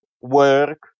work